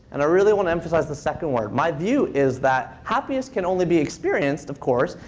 and i really want to emphasize the second word. my view is that happiness can only be experienced, of course,